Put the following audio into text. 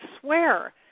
swear